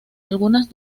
algunas